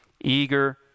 eager